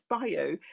bio